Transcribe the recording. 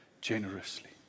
generously